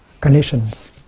conditions